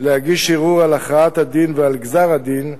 להגיש ערעור על הכרעת-הדין ועל גזר-הדין,